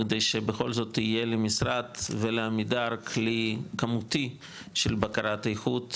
אני חושב שבכל זאת יהיה למשרד ולעמידר כלי כמותי של בקרת איכות,